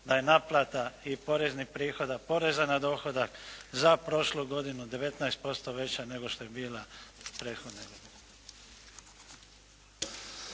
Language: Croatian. da je naplata i poreznih prihoda poreza na dohodak za prošlu godinu 19% veća nego što je bila prethodne